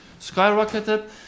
skyrocketed